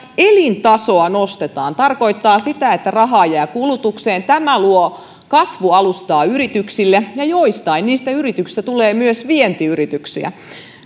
elintasoa nostetaan tarkoittaa sitä että rahaa jää kulutukseen tämä luo kasvualustaa yrityksille ja joistain niistä yrityksistä tulee myös vientiyrityksiä